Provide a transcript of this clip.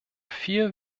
vier